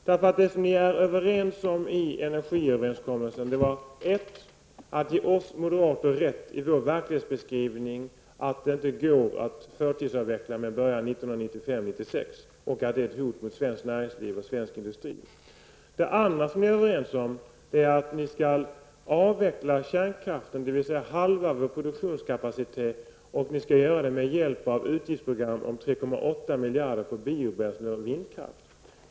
Det som ni är överens om i energiöverenskommelsen är för det första att ge oss moderater rätt i vår verklighetsbeskrivning, att det inte går att förtidsavveckla kärnkraften med början 1995 och 1996 och att det är ett hot mot svenskt näringsliv och svensk industri. För det andra är ni överens om att ni skall avveckla kärnkraften, dvs. halva vår produktionskapacitet. Det skall ni göra med hjälp av ett utgiftsprogram till biobränslen och vindkraft på 3,8 miljarder kronor.